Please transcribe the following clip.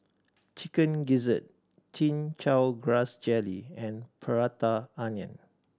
Chicken Gizzard Chin Chow Grass Jelly and Prata Onion